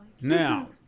Now